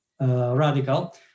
radical